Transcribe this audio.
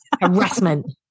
Harassment